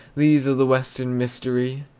these are the western mystery!